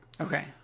Okay